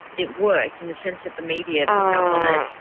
it worked, in the sense that the media picked up on it,